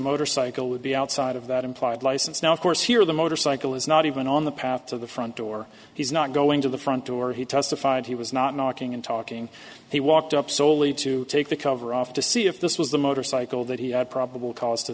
motorcycle would be outside of that implied license now of course here the motorcycle is not even on the path to the front door he's not going to the front door he testified he was not knocking and talking he walked up soley to take the cover off to see if this was the motorcycle that he had probable cause to